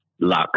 Luck